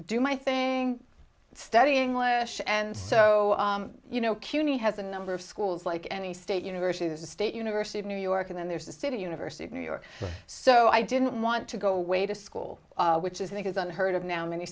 do my thing and study english and so you know cuny has a number of schools like any state university there's a state university of new york and then there's the city university of new york so i didn't want to go away to school which is think is unheard of now many